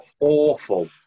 Awful